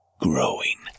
growing